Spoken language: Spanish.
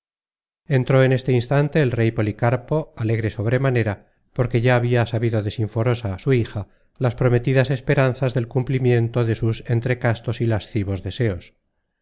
entró en este instante el rey policarpo alegre sobremanera porque ya habia sabido de sinforosa su hija las prometidas esperanzas del cumplimiento de sus entre castos y lascivos deseos